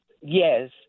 Yes